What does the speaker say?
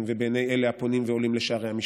ובעיני אלה הפונים ועולים לשערי המשפט.